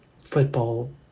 football